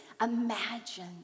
imagine